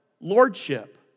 lordship